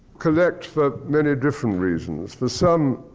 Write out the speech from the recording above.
collect for many different reasons. for some,